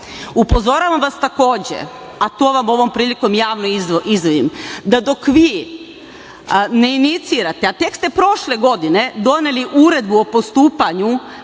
vam takođe, a to vam ovom prilikom javno izjavljujem, da dok vi ne inicirate, a tek ste prošle godine doneli Uredbu o postupanju